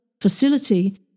facility